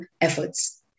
efforts